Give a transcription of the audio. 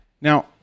Now